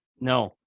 No